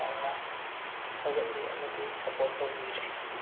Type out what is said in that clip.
ꯌꯥꯝꯅ ꯊꯧꯒꯠꯂꯤ ꯑꯃꯗꯤ ꯁꯞꯄꯣꯔꯠ ꯇꯧꯕꯤꯔꯤ